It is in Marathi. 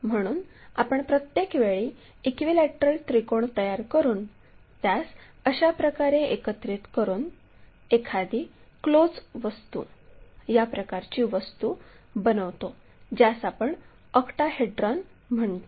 म्हणून आपण प्रत्येक वेळी इक्विलॅटरल त्रिकोण तयार करून त्यास अशाप्रकारे एकत्रित करून एखादी क्लोज वस्तू या प्रकारची वस्तू बनवतो ज्यास आपण ऑक्टाहेड्रॉन म्हणतो